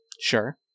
sure